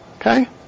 okay